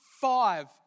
five